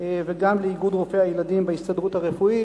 וגם לאיגוד רופאי הילדים בהסתדרות הרפואית,